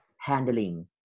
handling